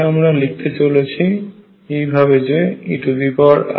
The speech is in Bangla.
যেটা আমরা লিখতে চলেছি এইভাবে যে ei〖k〗1xk2yk3z